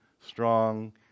strong